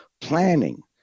planning